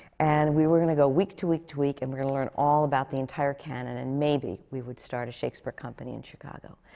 and we were going to go week to week to week, and we were going to learn all about the entire canon, and maybe we would start a shakespeare company in chicago.